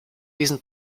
diesen